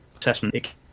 assessment